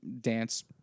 dance